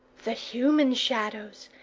the human shadows.